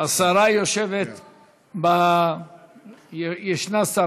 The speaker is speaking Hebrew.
השרה יושבת, שרה ישנה.